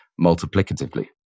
multiplicatively